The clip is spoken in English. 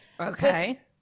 Okay